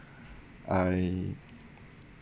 I